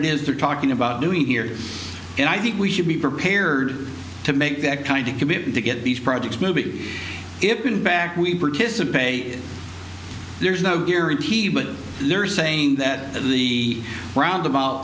it is they're talking about doing here and i think we should be prepared to make that kind of commitment to get these projects moving if back we participate there's no guarantee but they're saying that the roundabout